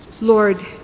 Lord